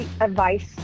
advice